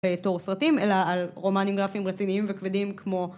תור סרטים, אלא על רומנים גרפים רציניים וכבדים כמו